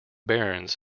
barons